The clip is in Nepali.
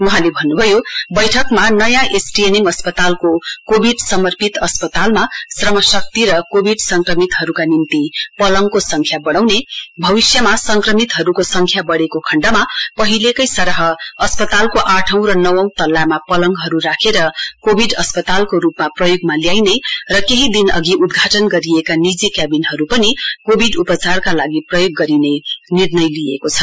वहाँले भन्न भयो बैठकमा नयाँ एसटीएनएम अस्पतालको कोविड समर्पित अस्पतालमा जनशक्तिर कोविड संक्रमितहरूका निम्ति पलङको संङ्ख्या बढाउने भविष्यमा संक्रमितहरूको सङ्ख्या बडेको खण्डमा पहिलेको सरह अस्पतालसको आठौं र नवौं तल्लामा पलङहरू राखेर कोविड अस्पतालको रूपमा प्रयोगमा ल्याइने र केही दिन अघि उदघाटन गरिएका नीजि क्याविनहरू पनि कोविड उपचारका लागि प्रयोग गरिने निर्णय लिइएको छ